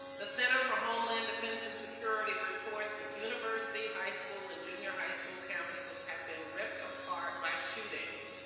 the center for homeland defense and security reports that university, high school, and junior high school campuses have been ripped apart by shootings.